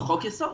חוק יסוד.